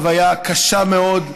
זו באמת חוויה קשה מאוד.